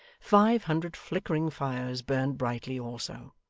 five hundred flickering fires burnt brightly also.